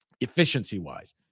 efficiency-wise